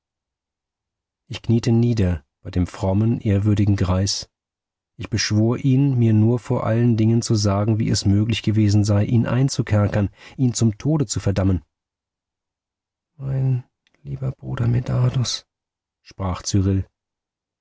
ich kniete nieder bei dem frommen ehrwürdigen greis ich beschwor ihn mir nur vor allen dingen zu sagen wie es möglich gewesen sei ihn einzukerkern ihn zum tode zu verdammen mein lieber bruder medardus sprach